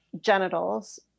genitals